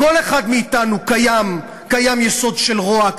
בכל אחד מאתנו קיים יסוד של רוע.